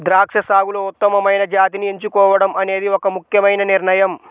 ద్రాక్ష సాగులో ఉత్తమమైన జాతిని ఎంచుకోవడం అనేది ఒక ముఖ్యమైన నిర్ణయం